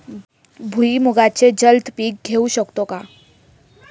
भुईमुगाचे जलद पीक घेऊ शकतो का?